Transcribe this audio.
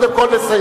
קודם כול נסיים.